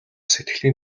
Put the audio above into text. сэтгэлийн